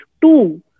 two